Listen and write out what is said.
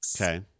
Okay